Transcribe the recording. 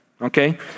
okay